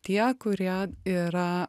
tie kurie yra